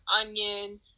onion